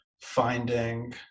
finding